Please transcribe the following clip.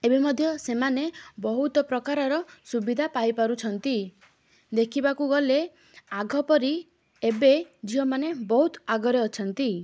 ଏବେ ମଧ୍ୟ ସେମାନେ ବହୁତ ପ୍ରକାରର ସୁବିଧା ପାଇପାରୁଛନ୍ତି ଦେଖିବାକୁ ଗଲେ ଆଗ ପରି ଏବେ ଝିଅମାନେ ବହୁତ ଆଗରେ ଅଛନ୍ତି